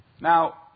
Now